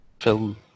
film